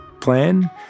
plan